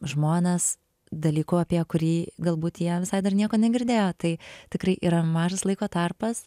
žmones dalyku apie kurį galbūt jie visai dar nieko negirdėję tai tikrai yra mažas laiko tarpas